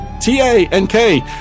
T-A-N-K